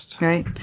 right